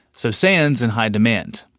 so sand is in high demand,